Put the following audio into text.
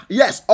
yes